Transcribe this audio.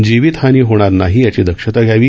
जिवितहानी होणार नाही याची दक्षता घ्यावी